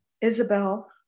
Isabel